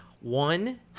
one